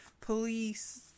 police